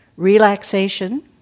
Relaxation